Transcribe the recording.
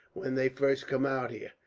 when they first come out here.